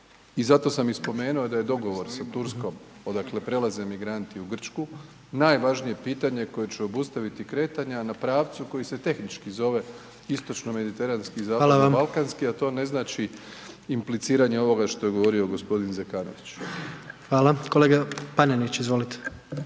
I zato sam i spomenuo da je dogovor s Turskom odakle prelaze migranti u Grčku najvažnije pitanje koje će obustaviti kretanja na pravcu koji se tehnički zove istočno-mediteranski i zapadno-balkanski, a to ne znači impliciranje ovoga što je govorio gospodin Zekanović. **Jandroković, Gordan